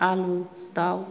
आलु दाव